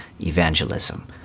evangelism